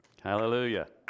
Hallelujah